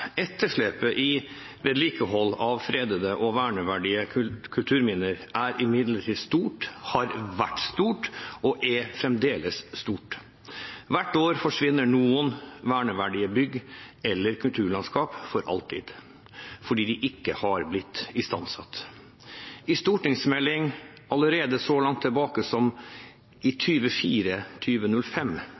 Etterslepet i vedlikehold av fredede og verneverdige kulturminner er imidlertid stort – har vært stort og er fremdeles stort. Hvert år forsvinner noen verneverdige bygg eller kulturlandskap for alltid, fordi de ikke har blitt istandsatt. I behandlingen av stortingsmeldingen så langt tilbake som i